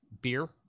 Beer